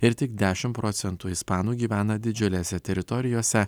ir tik dešimt procentų ispanų gyvena didžiulėse teritorijose